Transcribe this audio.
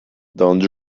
don’t